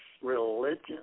religion